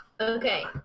Okay